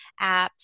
apps